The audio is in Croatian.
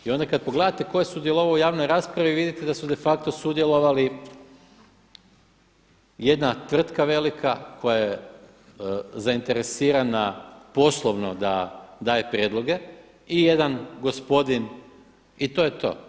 I onda kada pogledate tko je sudjelovao u javnoj raspravi, vidite da su de facto sudjelovali jedna tvrtka velika koja je zainteresirana poslovno da daje prijedloge i jedan gospodin i to je to.